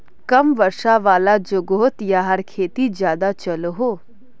कम वर्षा वाला जोगोहोत याहार खेती ज्यादा चलोहो